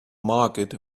market